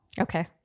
Okay